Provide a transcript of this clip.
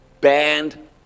Banned